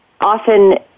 Often